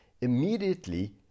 Immediately